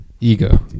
ego